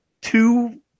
two